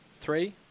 Three